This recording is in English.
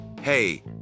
Hey